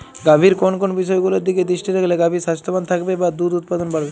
গাভীর কোন কোন বিষয়গুলোর দিকে দৃষ্টি রাখলে গাভী স্বাস্থ্যবান থাকবে বা দুধ উৎপাদন বাড়বে?